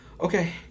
Okay